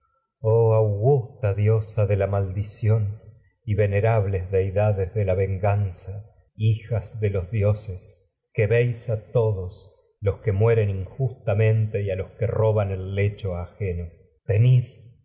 augusta diosa de la maldición la venganza mueren venerables deidades de hijas de los dioses y que veis a todos los que injustamente a los que roban el lecho ajeno venid